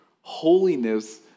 holiness